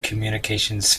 communications